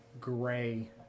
gray